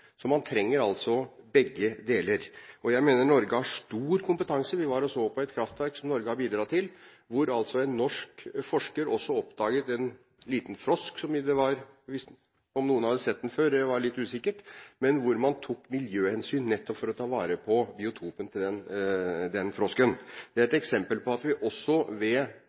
Man trenger altså begge deler. Jeg mener Norge har stor kompetanse. Vi var og så på et kraftverk som Norge har bidratt til, hvor en norsk forsker også oppdaget en liten frosk. Om noen hadde sett den før, var litt usikkert, men man tok miljøhensyn nettopp for å ta vare på biotopen til den frosken. Det er et eksempel på at vi også